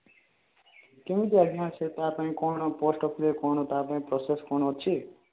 କେମିତି ଆଜ୍ଞା ସେ ତା ପାଇଁ କ'ଣ ପୋଷ୍ଟ୍ ଅଫିସରେ କ'ଣ ତା ପାଇଁ ପ୍ରୋସେସ୍ କ'ଣ ଅଛି